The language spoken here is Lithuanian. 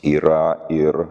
yra ir